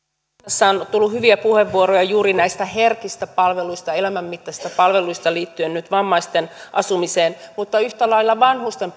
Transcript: tässä on tullut hyviä puheenvuoroja juuri näistä herkistä palveluista elämänmittaisista palveluista liittyen nyt vammaisten asumiseen mutta yhtä lailla vanhusten